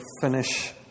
finish